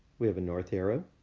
we have a north arrow.